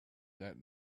that